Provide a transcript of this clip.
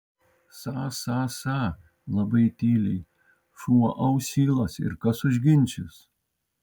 sa sa sa labai tyliai šuo ausylas ir kas užginčys